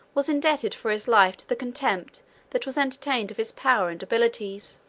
was indebted for his life to the contempt that was entertained of his power and abilities.